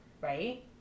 Right